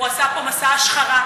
הוא עשה פה מסע השחרה,